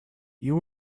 you